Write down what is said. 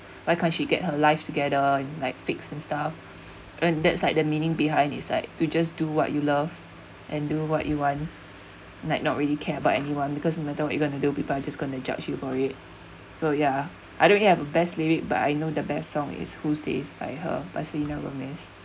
why can't she get her life together like fixed and stuff and that's like the meaning behind it's like to just do what you love and do what you want like not really care about anyone because no matter what you gonna do people are just gonna judge you for it so yeah I don't really have a best lyric but I know the best song is who says by her by selena gomez